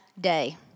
day